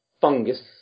fungus